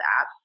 app